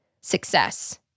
success